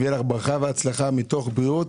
שתהיה לך ברכה והצלחה מתוך בריאות,